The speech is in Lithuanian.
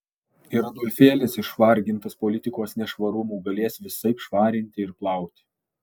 ir adolfėlis išvargintas politikos nešvarumų galės visaip švarinti ir plauti